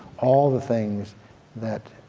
all of the things that